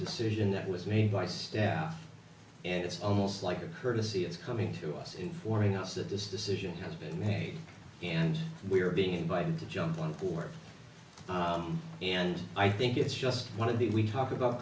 decision that was made by staff and it's almost like a courtesy it's coming to us informing us that this decision has been made and we are being invited to jump on board and i think it's just one of the we talk about